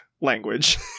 language